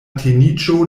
teniĝo